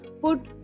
put